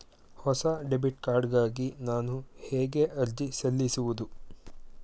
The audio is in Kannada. ಹೊಸ ಡೆಬಿಟ್ ಕಾರ್ಡ್ ಗಾಗಿ ನಾನು ಹೇಗೆ ಅರ್ಜಿ ಸಲ್ಲಿಸುವುದು?